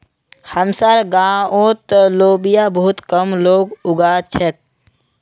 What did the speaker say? हमसार गांउत लोबिया बहुत कम लोग उगा छेक